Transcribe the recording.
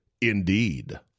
Indeed